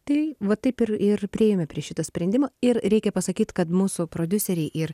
tai va taip ir ir priėjome prie šito sprendimo ir reikia pasakyt kad mūsų prodiuseriai ir